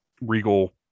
regal